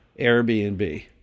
Airbnb